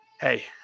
hey